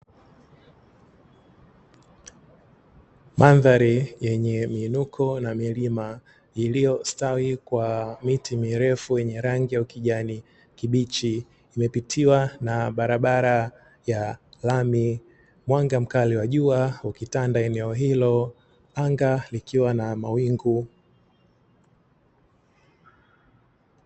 Mandhari yenye miinuko na milima, iliyostawi kwa miti mirefu yenye rangi ya ukijani kibichi, imepitiwa na barabara ya lami, mwanga mkali wa jua ukitanda eneo hilo, anga likiwa na mawingu.